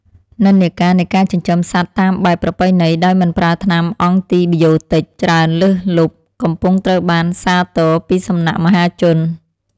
និន្នាការនៃការចិញ្ចឹមសត្វតាមបែបប្រពៃណីដោយមិនប្រើថ្នាំអង់ទីប៊ីយោទិចច្រើនលើសលប់កំពុងត្រូវបានសាទរពីសំណាក់មហាជន។